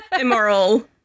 immoral